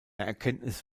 erkenntnis